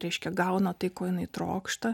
reiškia gauna tai ko jinai trokšta